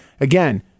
Again